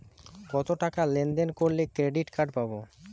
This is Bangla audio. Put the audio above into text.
কতটাকা লেনদেন করলে ক্রেডিট কার্ড পাব?